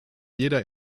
jeder